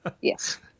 yes